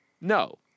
no